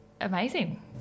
amazing